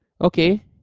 okay